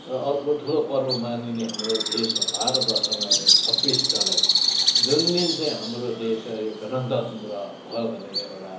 र अर्को ठुलो पर्व मानिने हाम्रो देशमा भारतवर्षमा छब्बिस जनवरी जुन दिन चाहिँ हाम्रो देश गणतन्त्र भयो भनेर एउटा